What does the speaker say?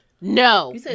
No